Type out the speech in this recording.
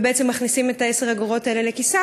ובעצם מכניסים את 10 האגורות האלה לכיס,